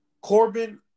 Corbin